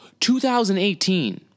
2018